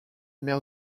mer